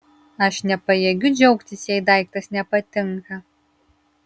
aš nepajėgiu džiaugtis jei daiktas nepatinka